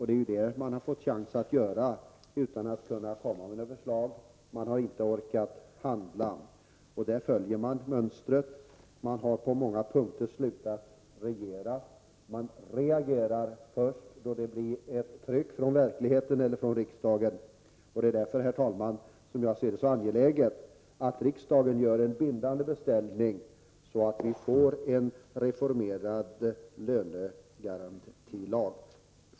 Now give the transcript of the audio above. Det är ju det som regeringen har fått chans att göra utan att kunna komma med något förslag. Regeringen har inte orkat handla. I det fallet följer regeringen mönstret. Den har på många punkter slutat att regera. Den reagerar först då det blir ett tryck från verkligheten eller från riksdagen. Det är därför, herr talman, som jag ser det som så angeläget att riksdagen gör en bindande beställning så att vi får en reformerad lönegarantilag.